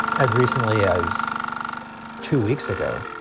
as recently as two weeks ago